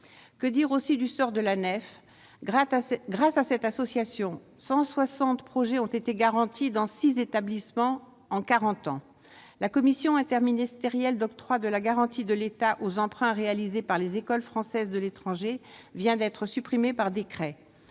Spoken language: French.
de l'étranger (Anefe) ? Grâce à cette association, 160 projets ont été garantis dans 110 établissements en quarante ans. La commission interministérielle d'octroi de la garantie de l'État aux emprunts réalisés par les écoles françaises de l'étranger vient d'être supprimée par décret.